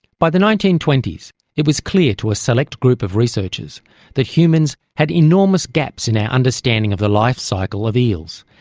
by the nineteen twenty s it was clear to a select group of researchers that humans had enormous gaps in our understanding of the life cycle of eels,